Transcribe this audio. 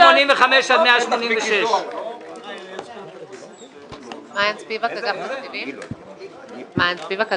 185 עד 186. יש לנו בקשה.